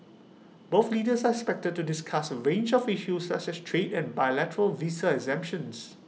both leaders are expected to discuss A range of issues such as trade and bilateral visa exemptions